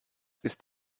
ist